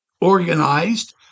organized